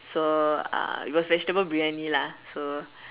so uh it was vegetable Briyani lah so